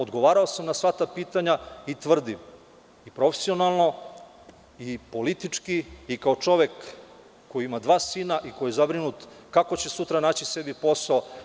Odgovarao sam na sva ta pitanja i tvrdim, i profesionalno, i politički, i kao čovek koji ima dva sina, i koji je zabrinut kako će sutra naći sebi posao.